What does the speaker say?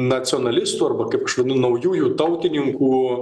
nacionalistų arba kaip aš vadinu naujųjų tautininkų